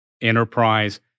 enterprise